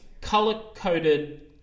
color-coded